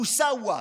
מוסאוא.